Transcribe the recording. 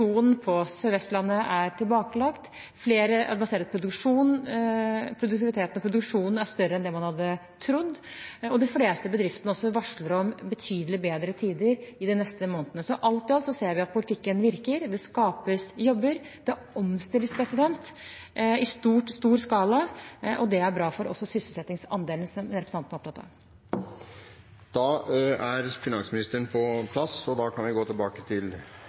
på Sør-Vestlandet er tilbakelagt. Man sier at produktiviteten og produksjonen er større enn det man hadde trodd. Og de fleste bedriftene varsler også om betydelig bedre tider de neste månedene. Alt i alt ser vi at politikken virker. Det skapes jobber, det omstilles i stor skala – og det er bra også for sysselsettingsandelen, som representanten er opptatt av. Da er finansministeren på plass, og vi går tilbake til